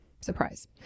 surprise